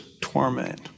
torment